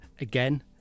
again